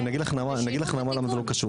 אז אני אגיד לך נעמה למה זה לא קשור,